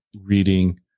reading